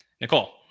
Nicole